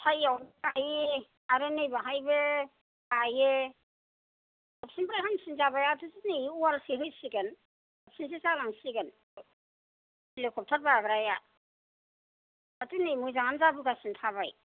सायआवहाय आरो नैबेहायबो बायो साबसिननिफ्राय हामसिन जाबाय आरोथ' नै वालसो होसिगोन साबसिनसो जालांसिगोन हेलिकपतार बाग्राया दाथ' नै मोजांआनो जाबोगासिनो थाबाय